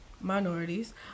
minorities